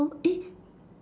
so eh